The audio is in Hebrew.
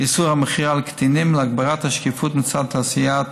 איסור המכירה לקטינים, להגברת השקיפות מצד תעשיית